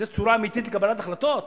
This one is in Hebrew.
זה צורה אמיתית לקבלת החלטות?